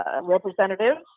representatives